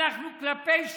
אנחנו כלפי שמיא,